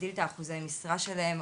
להגדיל את אחוזי המשרה שלהם,